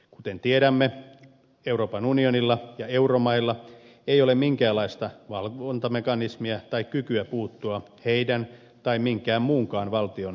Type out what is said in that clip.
kuten tiedämme euroopan unionilla ja euromailla ei ole minkäänlaista valvontamekanismia tai kykyä puuttua kreikan tai minkään muunkaan valtion taloudenpitoon